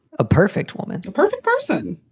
a perfect woman. the perfect person.